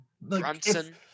Brunson